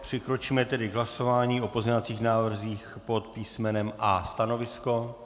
Přikročíme tedy k hlasování o pozměňovacích návrzích pod písmenem A. Stanovisko?